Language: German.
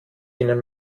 ihnen